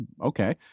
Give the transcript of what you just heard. okay